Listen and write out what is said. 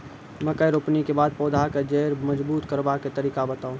मकय रोपनी के बाद पौधाक जैर मजबूत करबा के तरीका बताऊ?